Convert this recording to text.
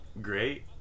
great